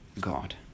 God